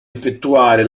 effettuare